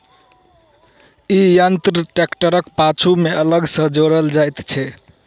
ई यंत्र ट्रेक्टरक पाछू मे अलग सॅ जोड़ल जाइत छै